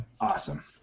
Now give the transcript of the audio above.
awesome